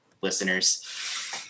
listeners